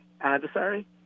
adversary